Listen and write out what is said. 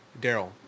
daryl